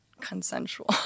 consensual